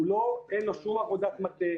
אין לו שום עבודת מטה,